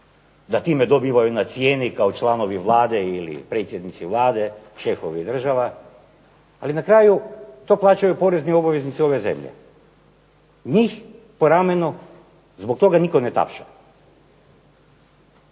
da time dobivaju na cijeni kao članovi Vlade ili predsjednici Vlade, šefovi država, ali na kraju to plaćaju porezni obveznici ove zemlje. Njih po ramenu zbog toga nitko ne tapša.